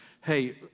hey